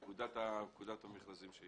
על פי פקודת המכרזים.